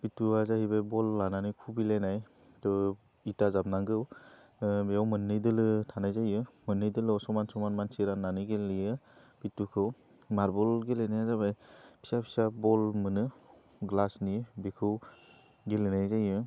फित्तुवा जाहैबाय बल लानानै खुबैलायनाइ थुब इथा जाबनांगौ बेयाव मोननै दोलो थानाय जायो मोननै दोलोआव समान समान मानसि राननानै गेलेयो बित्तुखौ मारबल गेलेनाया जाबाय फिसा फिसा बल मोनो ग्लासनि बेखौ गेलेनाय जायो